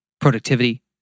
productivity